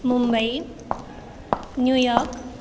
Mumbai New York